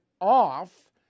off